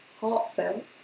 heartfelt